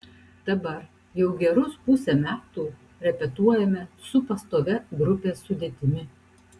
dabar jau gerus pusę metų repetuojame su pastovia grupės sudėtimi